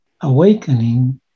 awakening